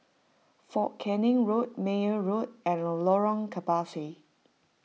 fort Canning Road Meyer Road and Lorong Kebasi